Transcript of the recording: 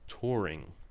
touring